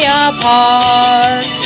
apart